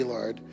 Lord